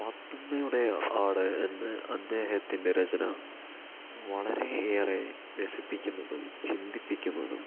പാത്തുമ്മയുടെ ആട് എന്ന അദ്ദേഹത്തിൻ്റെ രചന വളരെ ഏറെ രസിപ്പിക്കുന്നതും ചിന്തിപ്പിക്കുന്നതും